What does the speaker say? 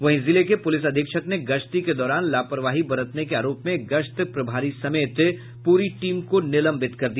वहीं जिले के पुलिस अधीक्षक ने गश्ती के दौरान लापरवाही बरतने के आरोप में गश्त प्रभारी समेत पूरी टीम को निलंबित कर दिया